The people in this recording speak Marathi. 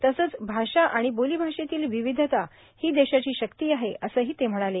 तसंच भाषा आणि बोलीभाषेतील विविधता ही देशाची शक्ती आहे असंही ते म्हणाले